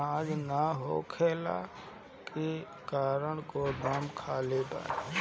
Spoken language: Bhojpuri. अनाज ना होखला के कारण गोदाम खाली बा